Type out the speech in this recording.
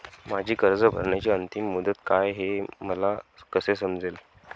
माझी कर्ज भरण्याची अंतिम मुदत काय, हे मला कसे समजेल?